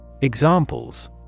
Examples